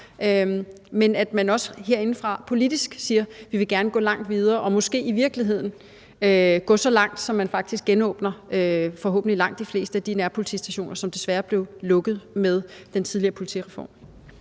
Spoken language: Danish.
herindefra politisk siger, at vi gerne vil gå langt videre og måske i virkeligheden gå så langt, at man faktisk genåbner, forhåbentlig, langt de fleste af de nærpolitistationer, som desværre er blevet lukket med den tidligere politireform.